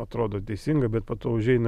atrodo teisinga bet po užeina